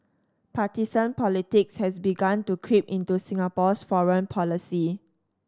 partisan politics has begun to creep into Singapore's foreign policy